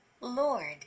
Lord